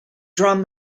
drum